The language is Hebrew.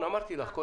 סלומון, מינהל